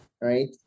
right